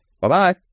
Bye-bye